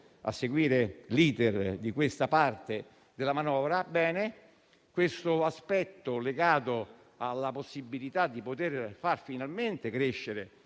attenzione l'*iter* di questa parte della manovra. Purtroppo, questo aspetto legato alla possibilità di poter far finalmente crescere